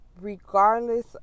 regardless